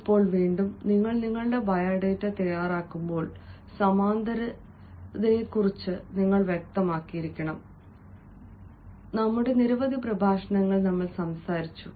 ഇപ്പോൾ വീണ്ടും നിങ്ങൾ നിങ്ങളുടെ ബയോഡാറ്റ തയ്യാറാക്കുമ്പോൾ സമാന്തരതയെക്കുറിച്ച് നിങ്ങൾ വ്യക്തമായിരിക്കണം ഞങ്ങളുടെ നിരവധി പ്രഭാഷണങ്ങളിൽ ഞങ്ങൾ സംസാരിച്ചു